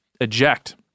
eject